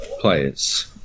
players